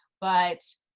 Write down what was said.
but